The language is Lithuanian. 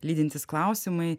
lydintys klausimai